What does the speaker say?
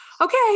okay